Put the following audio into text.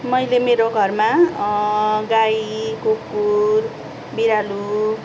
मैले मेरो घरमा गाई कुकुर बिरालो